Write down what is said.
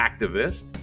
activist